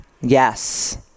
Yes